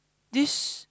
this